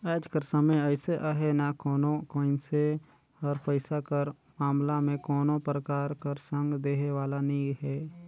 आएज कर समे अइसे अहे ना कोनो मइनसे हर पइसा कर मामला में कोनो परकार कर संग देहे वाला नी हे